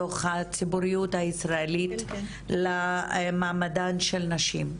בתוך הציבוריות הישראלית למעמדן של נשים.